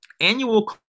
annual